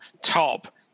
top